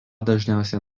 dažniausiai